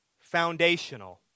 foundational